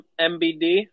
MBD